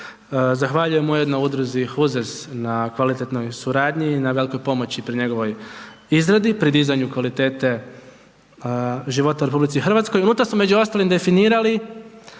Zahvaljujemo jednoj udruzi HUZEZ na kvalitetnoj suradnji i na velikoj pomoći pri njegovoj izradi, pri dizanju kvalitete života u RH. Unutra smo, među ostalim definirali